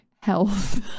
health